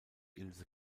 ilse